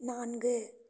நான்கு